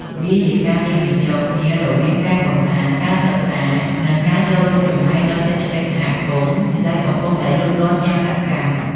វាជាការលាយបញ្ចូលគ្នារវាងការកម្សាន្ត ការសិក្សា និងការចូលរួមចំណែកដល់សេដ្ឋកិច្ចសហគមន៍ដែលកំពុងតែលូតលាស់យ៉ាងសកម្ម។